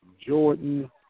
Jordan